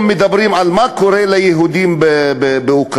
מדברים על מה שקורה ליהודים באוקראינה,